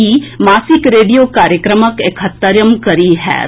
ई मासिक रेडियो कार्यक्रमक एकहत्तरिम कड़ी होयत